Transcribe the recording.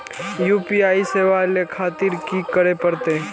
UPI सेवा ले खातिर की करे परते?